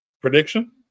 prediction